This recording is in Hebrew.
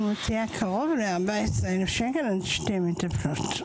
אני מוציאה קרוב ל-14,000 שקלים לשתי מטפלות.